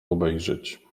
obejrzeć